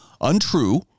untrue